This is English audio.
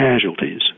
casualties